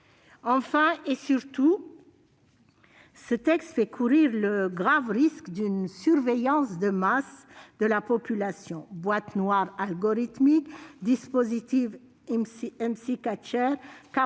Enfin, et surtout, ce texte fait courir le grave risque d'une surveillance de masse de la population. Boîtes noires algorithmiques, dispositif,